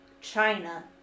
China